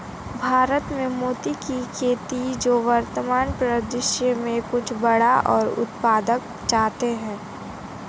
भारत में मोती की खेती जो वर्तमान परिदृश्य में कुछ बड़ा और उत्पादक चाहते हैं